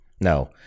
No